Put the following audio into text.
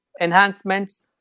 enhancements